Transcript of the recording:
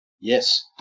Yes